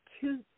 two